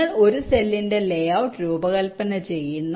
നിങ്ങൾ ഒരു സെല്ലിന്റെ ലേഔട്ട് രൂപകൽപ്പന ചെയ്യുന്നു